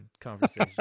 conversation